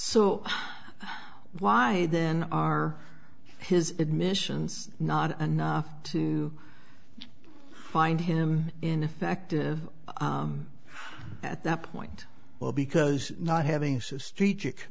so why then are his admissions not enough to find him ineffective at that point well because not having so street chick